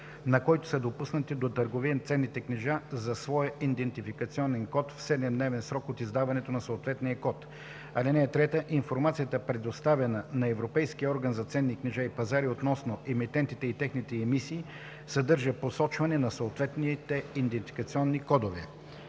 на който са допуснати до търговия ценните книжа, за своя идентификационен код в 7-дневен срок от издаването на съответния код. 3) Информацията, предоставяна на Европейския орган за ценни книжа и пазари относно емитентите и техните емисии, съдържа посочване на съответните идентификационни кодове.”